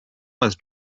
was